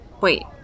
Wait